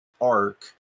arc